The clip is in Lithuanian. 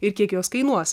ir kiek jos kainuos